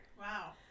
Wow